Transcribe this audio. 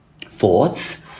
thoughts